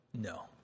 No